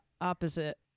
opposite